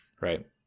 right